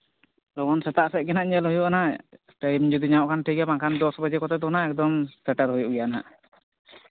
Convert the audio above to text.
ᱞᱚᱜᱚᱱ ᱥᱮᱛᱟᱜ ᱥᱮᱫ ᱜᱮ ᱱᱟᱦᱟᱸᱜ ᱧᱮᱞ ᱦᱳᱭᱳᱜᱼᱟ ᱱᱟᱦᱟᱸᱜ ᱴᱟᱭᱤᱢ ᱡᱩᱫᱤ ᱧᱟᱢᱚᱜ ᱠᱷᱟᱱ ᱫᱚ ᱴᱷᱤᱠ ᱜᱮᱭᱟ ᱱᱟᱦᱟᱸᱜ ᱵᱟᱝ ᱠᱷᱟᱱ ᱫᱚ ᱫᱚᱥ ᱵᱟᱡᱮ ᱠᱚᱛᱮ ᱫᱚ ᱱᱟᱦᱟᱸᱜ ᱮᱠᱫᱚᱢ ᱥᱮᱴᱮᱨᱚᱜ ᱦᱩᱭᱩᱜ ᱜᱮᱭᱟ ᱱᱟᱦᱟᱸᱜ